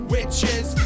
Witches